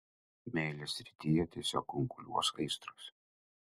meilės srityje tiesiog kunkuliuos aistros